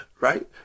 right